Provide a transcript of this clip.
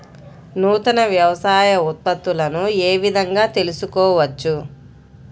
నూతన వ్యవసాయ ఉత్పత్తులను ఏ విధంగా తెలుసుకోవచ్చు?